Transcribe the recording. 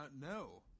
No